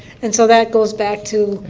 and so that goes back to.